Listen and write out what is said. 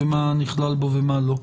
מה נכלל בו ומה לא.